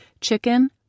chicken